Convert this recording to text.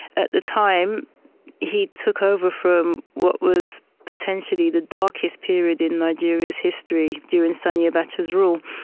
at the time he took over from what was potentially the darkest period in nigeria's history, during sani abacha's rule.